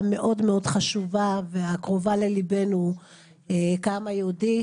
המאוד מאוד חשובה והקרובה לליבנו כעם היהודי,